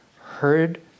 heard